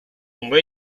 ont